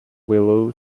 willow